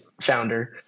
founder